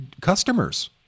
customers